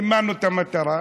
סימנו את המטרה.